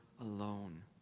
alone